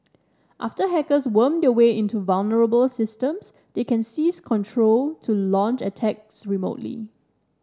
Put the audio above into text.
after hackers worm their way into vulnerable systems they can seize control to launch attacks remotely